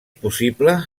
possible